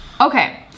Okay